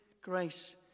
grace